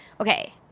okay